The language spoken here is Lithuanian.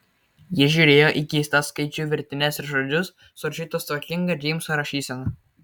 ji žiūrėjo į keistas skaičių virtines ir žodžius surašytus tvarkinga džeimso rašysena